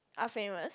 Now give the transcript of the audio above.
are famous